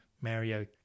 Mario